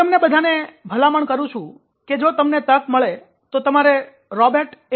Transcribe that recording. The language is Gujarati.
હું તમને બધાને સુચનભલામણ કરું છું કે જો તમને તક મળે તો તમારે રોબેટ એ